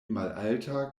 malalta